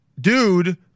dude